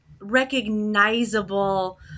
recognizable